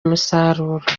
umusaruro